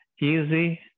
easy